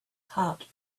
heart